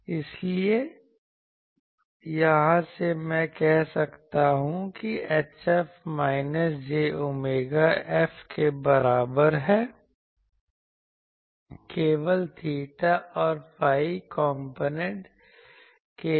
इसलिए यहां से मैं कह सकता हूं कि HF minus j omega F के बराबर है केवल theta और phi कॉम्पोनेंट के लिए